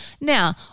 Now